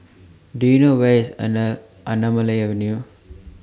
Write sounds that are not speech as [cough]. Do YOU know Where IS [unintelligible] Anamalai Avenue